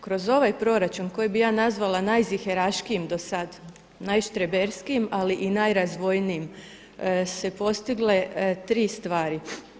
Kroz ovaj proračun koji bi ja nazvala najziheraškijim do sada, najštreberskijim, ali i najrazvojnijim su se postigle tri stvari.